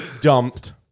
dumped